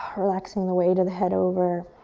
um relaxing the weight of the head over.